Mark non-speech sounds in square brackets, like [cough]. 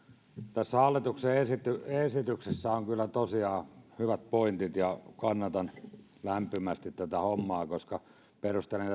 tässä hallituksen esityksessä on kyllä tosiaan hyvät pointit ja kannatan lämpimästi tätä hommaa perustelen [unintelligible]